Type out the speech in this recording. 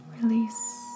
release